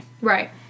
Right